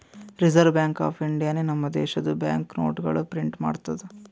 reserve bank of ಇಂಡಿಯಾನೆ ನಮ್ ದೇಶದು ಬ್ಯಾಂಕ್ ನೋಟ್ಗೊಳ್ ಪ್ರಿಂಟ್ ಮಾಡ್ತುದ್